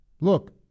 look